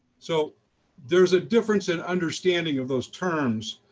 so there's a difference in understanding of those terms,